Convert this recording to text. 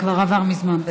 זה כבר עבר מזמן.